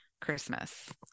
Christmas